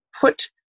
put